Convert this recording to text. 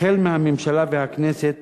החל מהממשלה והכנסת